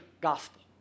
gospel